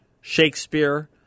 Shakespeare